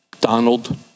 Donald